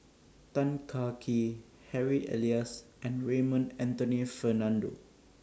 Tan Kah Kee Harry Elias and Raymond Anthony Fernando